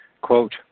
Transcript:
quote